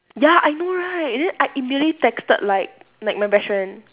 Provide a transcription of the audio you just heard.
ya I know right then I immediately texted like like my best friend